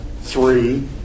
three